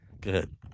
Good